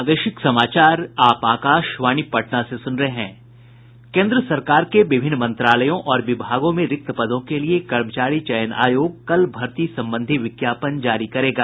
केन्द्र सरकार के विभिन्न मंत्रालयों और विभागों में रिक्त पदों के लिए कर्मचारी चयन आयोग कल भर्ती संबंधी विज्ञापन जारी करेगा